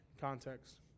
context